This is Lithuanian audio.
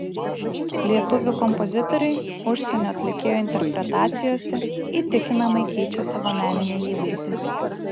lietuvių kompozitoriai užsienio atlikėjų interpretacijose įtikinamai keičia savo meninį įvaizdį